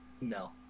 No